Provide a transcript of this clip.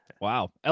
Wow